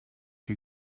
you